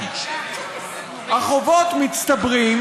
החובות מצטברים,